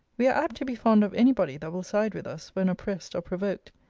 we are apt to be fond of any body that will side with us, when oppressed or provoked.